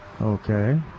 Okay